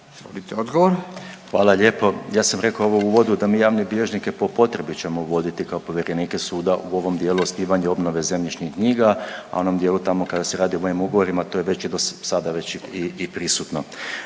Josip (HDSSB)** Hvala lijepo. Ja sam rekao ovo u uvodu da mi javne bilježnike po potrebi ćemo uvoditi kao povjerenike suda u ovom dijelu osnivanja i obnove zemljišnih knjiga, a u onom dijelu tamo kada se radi o ovim ugovorima to je već i dosada već i prisutno.